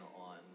on